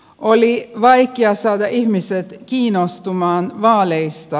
oli vaikea saada ihmiset kiinnostumaan vaaleista